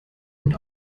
und